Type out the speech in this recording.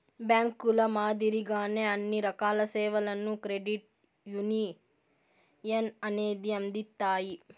బ్యాంకుల మాదిరిగానే అన్ని రకాల సేవలను క్రెడిట్ యునియన్ అనేది అందిత్తాది